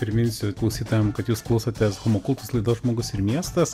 priminsiu klausytojam kad jūs klausotės homo kultus laidos žmogus ir miestas